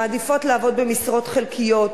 שמעדיפות לעבוד במשרות חלקיות,